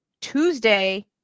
Tuesday